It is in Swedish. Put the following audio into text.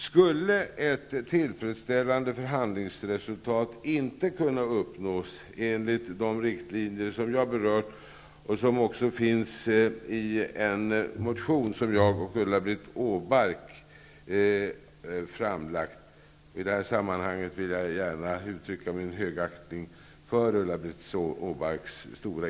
Skulle ett tillfredsställande förhandlingsresultat inte kunna uppnås enligt de riktlinjer som jag berört och som finns i en motion som jag och Ulla-Britt Åbark har framlagt, är det inte möjligt att få en bred uppslutning kring vår Europapolitik.